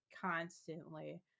constantly